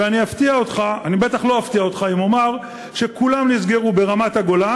ואני בטח לא אפתיע אותך אם אומר שכולם נסגרו ברמת-הגולן,